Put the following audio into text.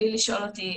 בלי לשאול אותי,